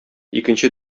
икенче